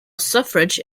suffrage